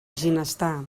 ginestar